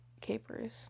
capers